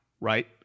right